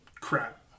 crap